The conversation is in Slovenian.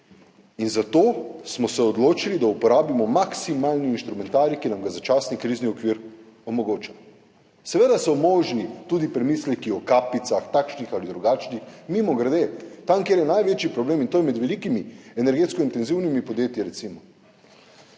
in zato smo se odločili, da uporabimo maksimalni instrumentarij, ki nam ga začasni krizni okvir omogoča. Seveda so možni tudi premisleki o kapicah, takšnih ali drugačnih, mimogrede, tam, kjer je največji problem, in to je recimo med velikimi energetsko intenzivnimi podjetji, tam